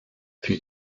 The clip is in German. für